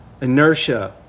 inertia